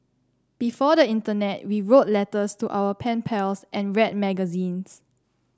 before the internet we wrote letters to our pen pals and read magazines